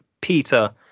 Peter